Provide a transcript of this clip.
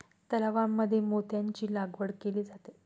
तलावांमध्ये मोत्यांची लागवड केली जाते